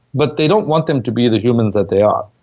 but they don't want them to be the humans that they are.